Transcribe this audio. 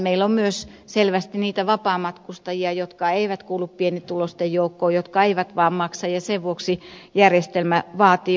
meillä on myös selvästi niitä vapaamatkustajia jotka eivät kuulu pienituloisten joukkoon ja jotka eivät vaan maksa ja sen vuoksi järjestelmä vaatii uudistamista